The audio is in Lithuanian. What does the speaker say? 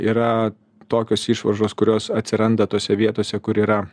yra tokios išvaržos kurios atsiranda tose vietose kur yra